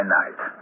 night